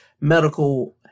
medical